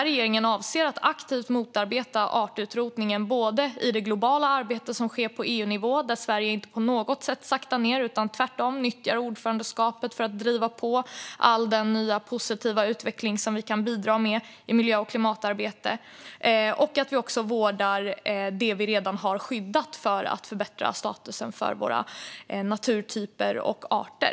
Regeringen avser att aktivt motarbeta artutrotningen genom det globala arbete som sker på EU-nivå, där Sverige inte på något sätt saktar ned utan tvärtom nyttjar ordförandeskapet för att driva på all den nya positiva utveckling som vi kan bidra med i miljö och klimatarbetet, och att vårda det vi redan har skyddat för att förbättra statusen för våra naturtyper och arter.